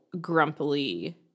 grumpily